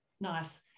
nice